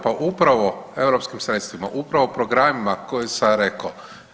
Pa upravo europskim sredstvima, upravo programima koje sam rekao.